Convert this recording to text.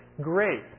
great